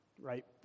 Right